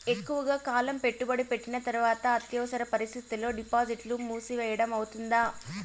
ఎక్కువగా కాలం పెట్టుబడి పెట్టిన తర్వాత అత్యవసర పరిస్థితుల్లో డిపాజిట్లు మూసివేయడం అవుతుందా?